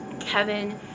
kevin